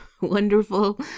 wonderful